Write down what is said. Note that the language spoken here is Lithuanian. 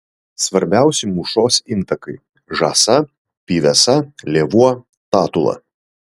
svarbiausi mūšos intakai žąsa pyvesa lėvuo tatula